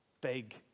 Big